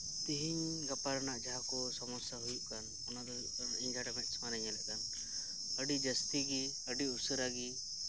ᱛᱮᱦᱮᱧ ᱜᱟᱯᱟ ᱨᱮᱱᱟᱜ ᱡᱟᱦᱟᱸᱠᱚ ᱥᱚᱢᱚᱥᱥᱟ ᱦᱩᱭᱩᱜ ᱠᱟᱱ ᱤᱧ ᱡᱟᱦᱟᱸᱴᱟᱜ ᱢᱮᱫ ᱥᱟᱢᱟᱝ ᱨᱮᱧ ᱧᱮᱞᱧᱟᱢᱮᱫ ᱠᱟᱱ ᱟᱹᱰᱤ ᱡᱟᱹᱥᱛᱤᱜᱮ ᱟᱹᱰᱤ ᱩᱥᱟᱹᱨᱟᱜᱮ